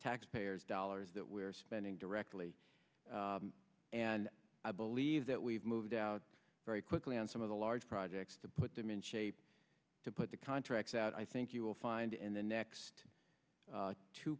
taxpayers dollars that we're spending directly and i believe that we've moved out very quickly on some of the large projects to put them in shape to put the contracts out i think you'll find in the next